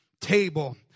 table